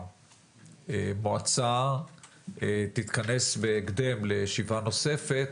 שהמועצה תתכנס בהקדם לישיבה נוספת